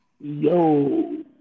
Yo